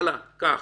קח.